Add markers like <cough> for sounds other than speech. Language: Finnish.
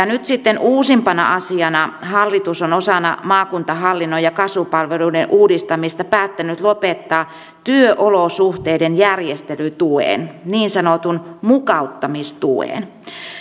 <unintelligible> nyt sitten uusimpana asiana hallitus on osana maakuntahallinnon ja kasvupalveluiden uudistamista päättänyt lopettaa työolosuhteiden järjestelytuen niin sanotun mukauttamistuen